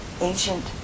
ancient